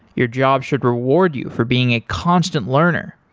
your job should reward you for being a constant learner,